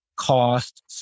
Cost